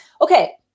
Okay